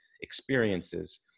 experiences